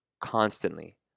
constantly